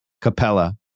Capella